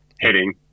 heading